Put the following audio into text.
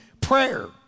Prayer